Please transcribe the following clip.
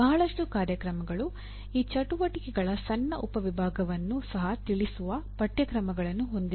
ಬಹಳಷ್ಟು ಕಾರ್ಯಕ್ರಮಗಳು ಈ ಚಟುವಟಿಕೆಗಳ ಸಣ್ಣ ಉಪವಿಭಾಗವನ್ನು ಸಹ ತಿಳಿಸುವ ಪಠ್ಯಕ್ರಮಗಳನ್ನು ಹೊಂದಿಲ್ಲ